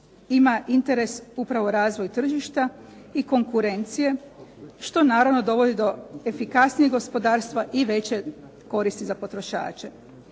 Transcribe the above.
ima interes upravo razvoja tržišta i konkurencije, što naravno dovodi do efikasnijeg gospodarstva i veće koristi za potrošače.